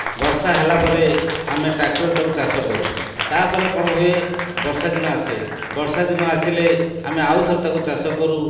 ବର୍ଷା ହେଲା ପରେ ଆମେ ଟାକ୍ଟରରେ ତାକୁ ଚାଷ କରୁ ତା ପରେ କଣ ହୁଏ ବର୍ଷା ଦିନ ଆସେ ବର୍ଷା ଦିନ ଆସିଲେ ଆମେ ଆଉ ଥରେ ତାକୁ ଚାଷ କରୁ